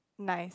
nice